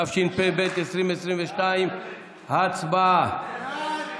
התשפ"ב 2022. הצבעה.